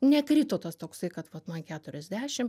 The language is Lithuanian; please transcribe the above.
nekrito tas toksai kad vat man keturiasdešim